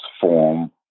form